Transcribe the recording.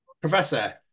Professor